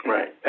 Right